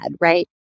right